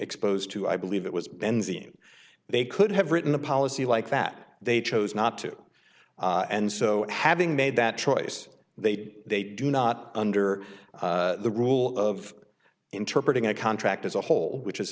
exposed to i believe it was benzene they could have written a policy like that they chose not to and so having made that choice they did they do not under the rule of interpret a contract as a whole which is